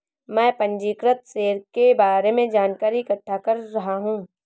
मैं पंजीकृत शेयर के बारे में जानकारी इकट्ठा कर रहा हूँ